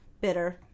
bitter